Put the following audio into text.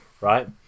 right